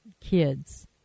kids